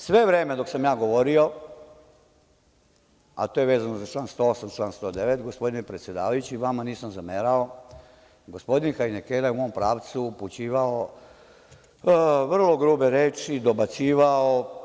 Sve vreme dok sam ja govorio, a to je vezano za čl. 108. i 109, gospodine predsedavajući, vama nisam zamerao, gospodin „hajnekena“ je u mom pravcu upućivao vrlo grube reči, dobacivao.